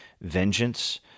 vengeance